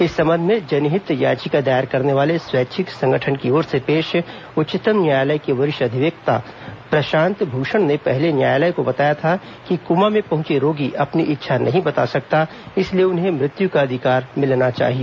इस संबंध में जनहित याचिका दायर करने वाले स्वैच्छिक संगठन की ओर से पेश उच्चतम न्यायालय के वरिष्ठ अधिवक्ता प्रशांत भूषण ने पहले न्यायालय को बताया था कि कोमा में पहंचे रोगी अपनी इच्छा नहीं बता सकता इसलिए उन्हें मृत्यु का अधिकार मिलना चाहिए